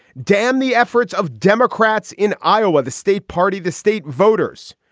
damn the efforts of democrats in iowa, the state party, the state voters.